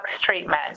treatment